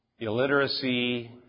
Illiteracy